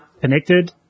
connected